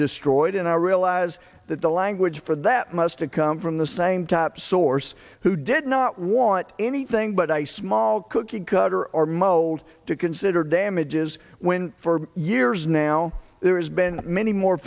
destroyed and i realize that the language for that must've come from the same top source who did not want anything by by small cookie cutter or mold to consider damages when for years now there has been many more